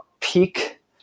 Peak